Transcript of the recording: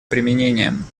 применением